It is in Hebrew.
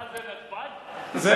מה זה,